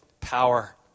power